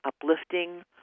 uplifting